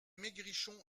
maigrichon